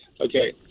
okay